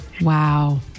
Wow